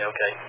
Okay